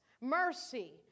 mercy